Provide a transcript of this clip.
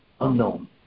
Unknown